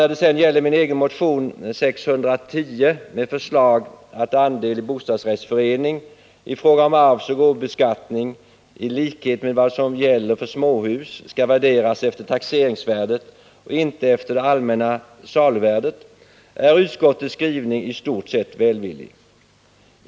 När det sedan gäller min egen motion 610 med förslag om att andeli bostadsrättsförening i fråga om arvsoch gåvobeskattning i likhet med vad som gäller för småhus skall värderas efter taxeringsvärdet och inte efter saluvärdet är utskottets skrivning i stort sett välvillig.